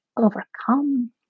overcome